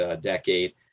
decade